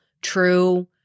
true